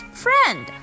friend